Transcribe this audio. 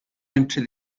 into